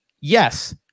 yes